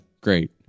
great